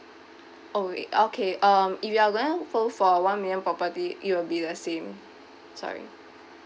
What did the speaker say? oh i~ okay um if you're going fo~ for one million property it will be the same sorry